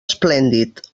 esplèndid